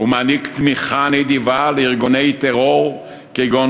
ומעניק תמיכה נדיבה לארגוני טרור כגון